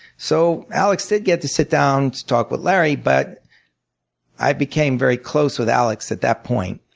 so alex did get to sit down to talk with larry but i became very close with alex at that point.